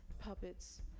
Puppets